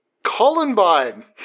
columbine